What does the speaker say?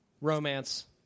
romance